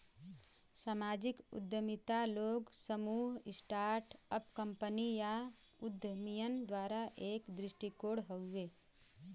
सामाजिक उद्यमिता लोग, समूह, स्टार्ट अप कंपनी या उद्यमियन द्वारा एक दृष्टिकोण हउवे